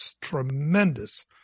tremendous